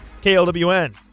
KLWN